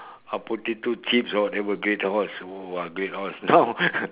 uh potato chips or whatever great horse !whoa! great horse now